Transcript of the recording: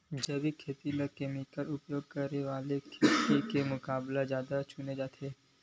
जैविक खेती ला केमिकल उपयोग करे वाले खेती के मुकाबला ज्यादा चुने जाते